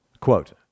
Quote